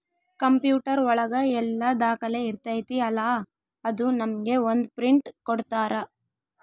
computer ಒಳಗ ಎಲ್ಲ ದಾಖಲೆ ಇರ್ತೈತಿ ಅಲಾ ಅದು ನಮ್ಗೆ ಒಂದ್ ಪ್ರಿಂಟ್ ಕೊಡ್ತಾರ